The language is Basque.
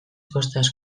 kostaz